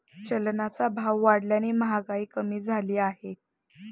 चलनाचा भाव वाढल्याने महागाई कमी झाली आहे